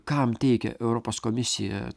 kam teikia europos komisija